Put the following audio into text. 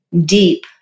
deep